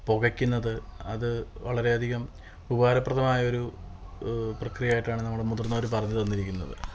പൊകയ്ക്കുന്നത് അത് വളരെയധികം ഉപകാരപ്രദമായൊരു പ്രക്രിയ ആയിട്ടാണ് നമ്മുടെ മുതിർന്നവര് പറഞ്ഞുതന്നിരിക്കുന്നത്